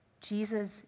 Jesus